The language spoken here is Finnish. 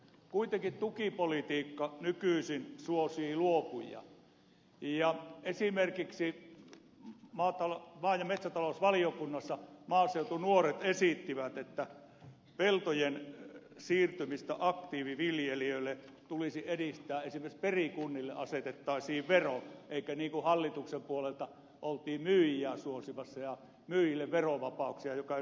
kuitenkin tukipolitiikka nykyisin suosii luopujia ja esimerkiksi maa ja metsätalousvaliokunnassa maaseutunuoret esittivät että peltojen siirtymistä aktiiviviljelijöille tulisi edistää esimerkiksi perikunnalle asetettaisiin vero eikä niin kuin hallituksen puolelta oltiin suosimassa myyjiä ja antamassa myyjille verovapauksia jotka eivät olisi menneet hintoihin